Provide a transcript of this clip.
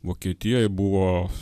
vokietijoj buvo